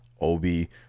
Obi